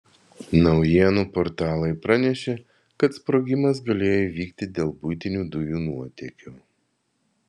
naujienų portalai pranešė kad sprogimas galėjo įvykti dėl buitinių dujų nuotėkio